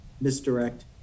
misdirect